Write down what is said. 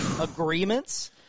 agreements